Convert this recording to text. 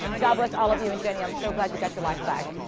god bless all of you and, jenny, i'm so glad you got your life back.